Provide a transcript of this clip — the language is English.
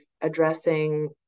addressing